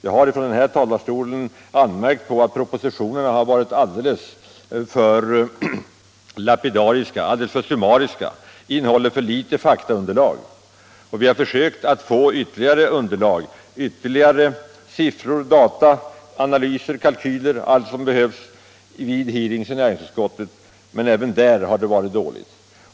Jag har anmärkt på att propositionerna har varit alldeles för lapidariska och summariska och innnehållit för litet faktaunderlag: Vi har försökt få ytterligare underlag — siffror, data, analyser, kalkyler, allt som behövs för en rimlig bedömning —- vid hearings i näringsutskottet, men även där har det varit dåligt beställt med faktaunderlag.